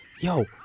yo